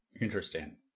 Interesting